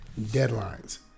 Deadlines